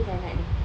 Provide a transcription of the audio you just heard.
so cam anak dia